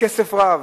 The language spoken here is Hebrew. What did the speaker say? וכסף רב.